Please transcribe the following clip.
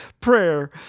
Prayer